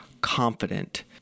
confident